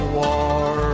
war